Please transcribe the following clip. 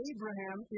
Abraham